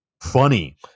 funny